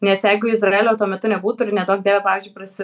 nes jeigu izraelio tuo metu nebūtų ir neduok dieve pavyzdžiui prasi